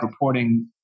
reporting